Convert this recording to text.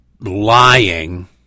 lying